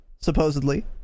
supposedly